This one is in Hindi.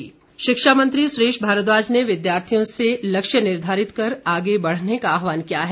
सुरेश भारद्वाज शिक्षा मंत्री सुरेश भारद्वाज ने विद्यार्थियों से लक्ष्य निर्धारित कर आगे बढ़ने का आहवान किया है